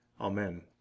Amen